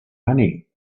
money